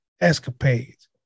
escapades